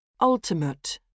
ultimate